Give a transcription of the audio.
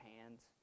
hands